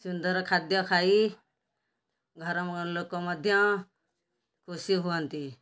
ସୁନ୍ଦର ଖାଦ୍ୟ ଖାଇ ଘର ଲୋକ ମଧ୍ୟ ଖୁସି ହୁଅନ୍ତି